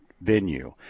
venue